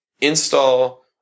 install